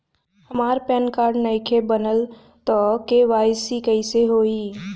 हमार PAN card नईखे बनल त के.वाइ.सी कइसे होई?